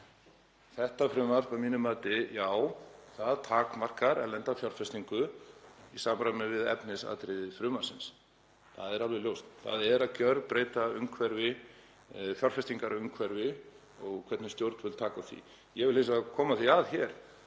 þetta frumvarp að mínu mati takmarkar erlenda fjárfestingu í samræmi við efnisatriði frumvarpsins. Það er alveg ljóst. Það er að gjörbreyta fjárfestingarumhverfi og hvernig stjórnvöld taka á því. Ég vil hins vegar koma því að hér